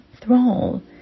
thrall